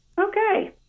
Okay